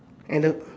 and the